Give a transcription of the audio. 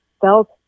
felt